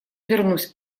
вернусь